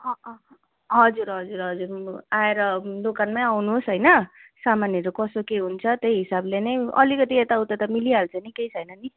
अँ अँ हजुर हजुर हजुर म आएर दोकानमै आउनुहोस् होइन सामानहरू कसो के हुन्छ त्यही हिसाबले नै अलिकति यताउता त मिलिहाल्छ नि केही छैन नि